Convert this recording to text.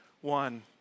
one